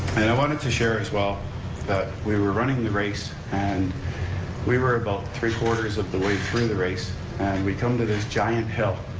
and i wanted to share as well that we were running the race and we were about three four of the way through the race and we come to this giant hill,